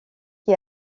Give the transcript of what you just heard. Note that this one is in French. qui